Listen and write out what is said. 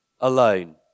alone